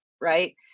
right